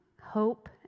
hope